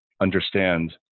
understand